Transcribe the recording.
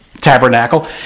tabernacle